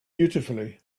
beautifully